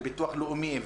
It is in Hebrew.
וביטוח לאומי,